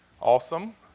Awesome